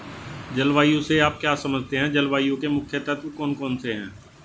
जलवायु से आप क्या समझते हैं जलवायु के मुख्य तत्व कौन कौन से हैं?